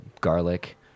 garlic